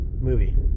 movie